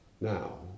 now